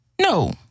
no